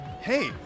Hey